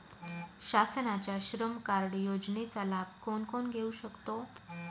शासनाच्या श्रम कार्ड योजनेचा लाभ कोण कोण घेऊ शकतो?